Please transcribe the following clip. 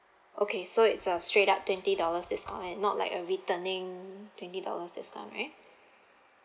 okay so it's a straight up twenty dollars discount and not like a returning twenty dollars discount right